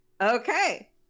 Okay